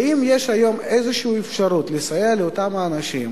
ואם יש היום איזו אפשרות לסייע לאותם אנשים,